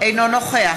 אינו נוכח